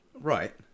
Right